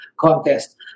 contest